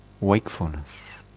wakefulness